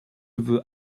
veux